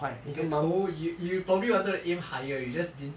你的头 you you probably wanted to aim higher you just didn't